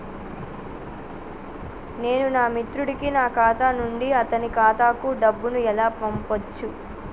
నేను నా మిత్రుడి కి నా ఖాతా నుండి అతని ఖాతా కు డబ్బు ను ఎలా పంపచ్చు?